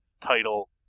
title